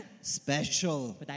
Special